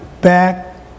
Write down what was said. back